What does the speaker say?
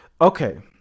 okay